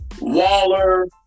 Waller